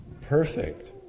Perfect